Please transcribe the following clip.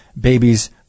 babies